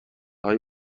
های